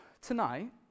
tonight